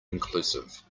inclusive